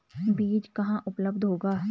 बीज कहाँ उपलब्ध होगा?